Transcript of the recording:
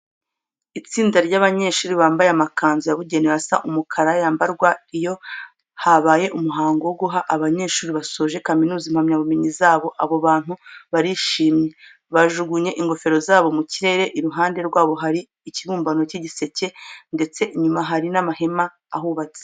Itsinda ry'abanyeshuri bambaye amakanzu yabugenewe asa umukara yambarwa iyo habaye umuhango wo guha abanyeshuri basoje kaminuza impamyabumenyi zabo. Abo bantu barishimye, bajugunye ingofero zabo mu kirere. Iruhande rwabo hari ikibumbano cy'igiseke ndetse inyuma hari n'amahema ahubatse.